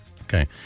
Okay